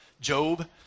Job